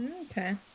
okay